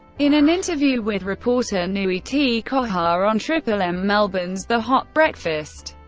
in an interview with reporter nui te koha on triple m melbourne's the hot breakfast,